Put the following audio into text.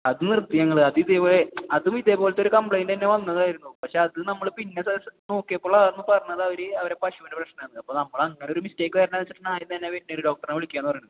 അത് നിർത്തി ഞങ്ങൾ അതും ഇതേപോലെ അതും ഇതേപോലത്തെ ഒരു കംപ്ലൈൻറ് തന്നെ വന്നതായിരുന്നു പക്ഷേ അത് നമ്മൾ പിന്നെ നോക്കിയപ്പോഴായിരുന്നു പറഞ്ഞത് അവർ അവരുടെ പശുവിൻ്റെ പ്രശ്നം ആയിരുന്നെന്ന് അപ്പോൾ നമ്മൾ അങ്ങനെ ഒരു മിസ്റ്റേക്ക് വരേണ്ട എന്നുവെച്ചിട്ടാണ് ആദ്യം തന്നെ വെറ്ററിനറി ഡോക്ടറിനെ വിളിക്കാം എന്ന് പറയുന്നത്